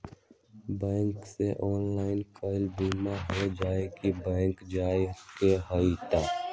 Bank से online कोई बिमा हो जाई कि बैंक जाए के होई त?